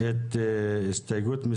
שאתה לא מבין שום